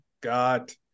got